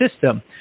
system